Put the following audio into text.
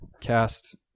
cast